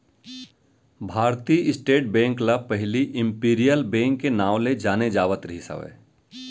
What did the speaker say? भारतीय State Bank ल पहिली इम्पीरियल बेंक के नांव ले जाने जावत रिहिस हवय